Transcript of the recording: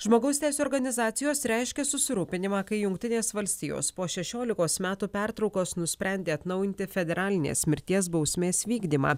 žmogaus teisių organizacijos reiškia susirūpinimą kai jungtinės valstijos po šešiolikos metų pertraukos nusprendė atnaujinti federalinės mirties bausmės vykdymą